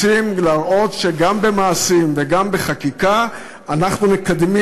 רוצים להראות שגם במעשים וגם בחקיקה אנחנו מקדמים